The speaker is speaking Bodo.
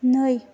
नै